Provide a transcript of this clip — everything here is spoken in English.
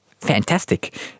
fantastic